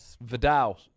Vidal